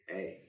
Hey